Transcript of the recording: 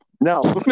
No